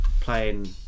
playing